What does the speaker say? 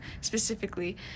specifically